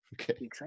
okay